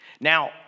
Now